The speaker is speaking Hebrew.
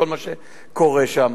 כל מה שקורה שם.